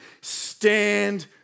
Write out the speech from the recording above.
stand